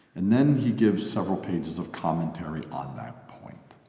and then he gives several pages of commentary on that point.